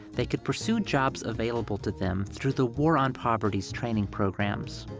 they could pursue jobs available to them through the war on poverty's training programs.